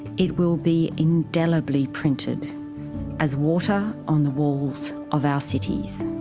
it will be indelibly printed as water on the walls of our cities.